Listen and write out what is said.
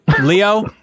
Leo